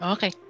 Okay